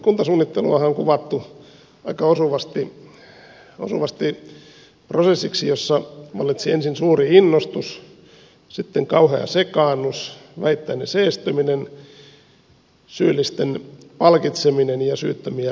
kuntasuunnitteluahan on kuvattu aika osuvasti prosessiksi jossa vallitsi ensin suuri innostus sitten kauhea sekaannus vähittäinen seestyminen syyllisten palkitseminen ja syyttömien rankaiseminen